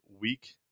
week